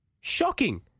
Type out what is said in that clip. Shocking